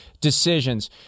decisions